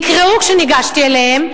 נקרעו כשניגשתי אליהם.